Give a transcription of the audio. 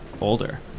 older